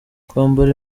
kwambara